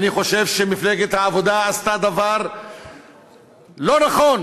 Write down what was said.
אני חושב שמפלגת העבודה עשתה דבר לא נכון